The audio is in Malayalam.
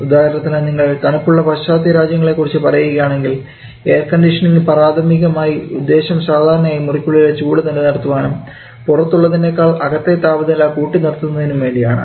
ഉദാഹരണത്തിന് നിങ്ങൾ തണുപ്പുള്ള പാശ്ചാത്യ രാജ്യങ്ങളെ കുറിച്ച് പറയുകയാണെങ്കിൽ എയർ കണ്ടീഷനിംഗ് പ്രാഥമികമായി ഉദ്ദേശം സാധാരണയായി മുറിക്കുള്ളിലെ ചൂട് നിലനിർത്തുവാനും പുറത്തുള്ളതിനേക്കാൾ അകത്തെ താപനില കൂട്ടി നിർത്തുന്നതിനും വേണ്ടിയാണ്